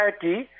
society